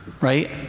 Right